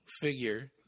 figure